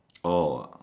oh